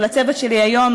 ולצוות שלי היום,